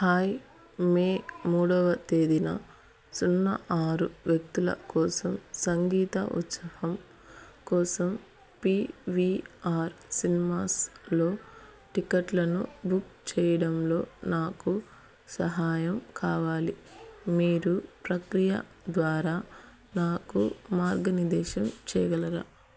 hi May మూడోవ తేదిన సున్నా ఆరు వ్యక్తుల కోసం సంగీత ఉత్సవం కోసం పి వి ఆర్ సినిమాస్లో టిక్కెట్లను బుక్ చేయడంలో నాకు సహాయం కావాలి మీరు ప్రక్రియ ద్వారా నాకు మార్గనిర్దేశం చేయగలరా